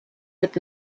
mit